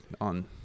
on